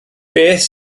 beth